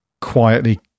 quietly